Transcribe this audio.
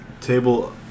Table